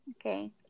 Okay